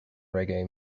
reggae